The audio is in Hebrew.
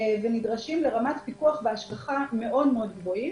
ונדרשים לרמת פיקוח והשגחה מאוד מאוד גבוהים.